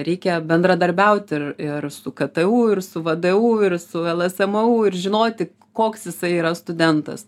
reikia bendradarbiaut ir ir su ktu ir su vdu ir su lsmu ir žinoti koks jisai yra studentas